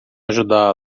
ajudá